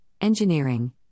Engineering